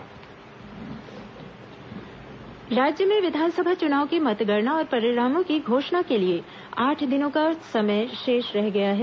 मतगणना प्रशिक्षण राज्य में विधानसभा चुनाव की मतगणना और परिणामों की घोषणा के लिए आठ दिनों का समय शेष रह गया है